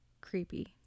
creepy